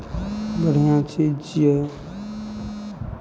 बढ़िआँ चीज छियै